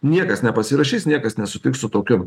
niekas nepasirašys niekas nesutiks su tokiu